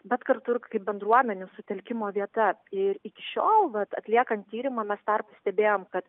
bet kartu ir kaip bendruomenių sutelkimo vieta ir iki šiol vat atliekant tyrimą mes tą ir pastebėjom kad